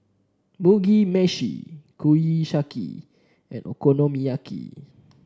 Mugi Meshi Kushiyaki and Okonomiyaki